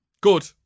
Good